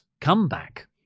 comeback